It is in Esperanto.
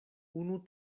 unu